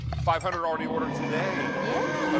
five hundred already ordered today. yeah ah